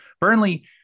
burnley